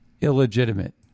illegitimate